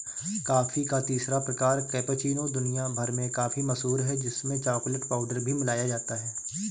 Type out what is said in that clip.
coffee का तीसरा प्रकार कैपेचीनो दुनिया भर में काफी मशहूर है जिसमें चॉकलेट पाउडर भी मिलाया जाता है